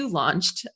launched